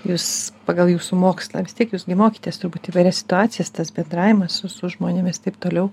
jūs pagal jūsų mokslą vis tiek jūs gi mokėtės turbūt įvairias situacijas tas bendravimas su su žmonėmis taip toliau